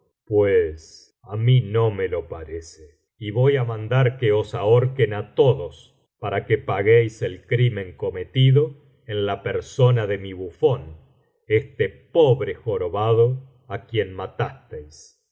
pues á mí no me lo parece y voy á mandar que os ahorquen á todos para que paguéis el crimen cometido en la persona de mi bufón este pobre jorobado á quien matasteis